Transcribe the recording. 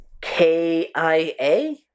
k-i-a